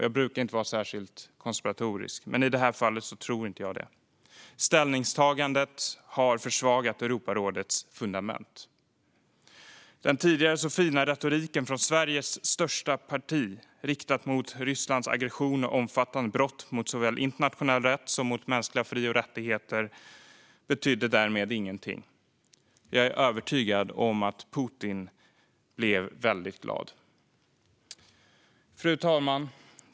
Jag brukar inte vara särskilt konspiratorisk, men i det här fallet tror jag inte det. Ställningstagandet har försvagat Europarådets fundament. Den tidigare så fina retoriken från Sveriges största parti riktad mot Rysslands aggression och omfattande brott mot såväl internationell rätt som mänskliga fri och rättigheter betydde därmed ingenting. Jag är övertygad om att Putin blev mycket glad. Fru talman!